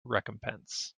recompense